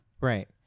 Right